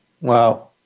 Wow